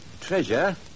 Treasure